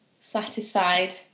satisfied